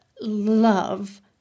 love